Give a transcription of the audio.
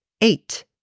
Eight